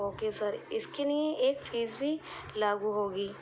okay sir اس کے لیے ایک فیس بھی لاگو ہوگی